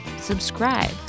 Subscribe